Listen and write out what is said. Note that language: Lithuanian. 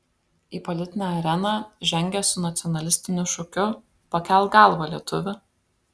į politinę areną žengia su nacionalistiniu šūkiu pakelk galvą lietuvi